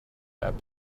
app